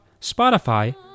Spotify